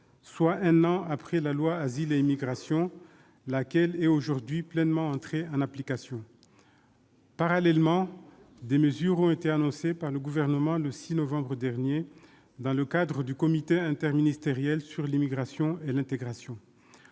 dite « loi asile et immigration », laquelle est aujourd'hui pleinement entrée en application. Parallèlement, des mesures ont été annoncées par le Gouvernement le 6 novembre dernier dans le cadre du comité interministériel sur l'immigration et l'intégration.